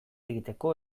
egiteko